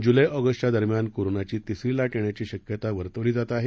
जुलै ऑगस्टच्य़ा दरम्यान कोरोनाची तिसरी लाट येण्याची शक्यता वर्तवली जाते आहे